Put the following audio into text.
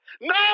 No